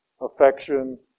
affection